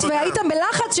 אבל אני קוטע --- חבל,